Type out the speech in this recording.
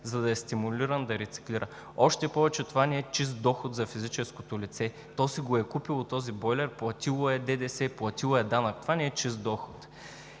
за да е стимулиран да рециклира. Още повече, това не е чист доход за физическото лице – то си е купило този бойлер, платило е ДДС, платило е данък. Това не е чист доход.